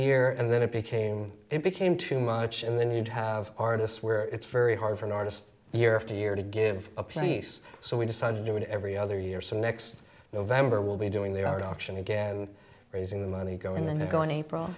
year and then it became it became too much and then we'd have artists where it's very hard for an artist year after year to give a piece so we decided to do it every other year so next november will be doing the art auction again raising the money go in there going a pr